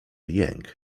jęk